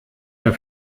der